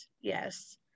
yes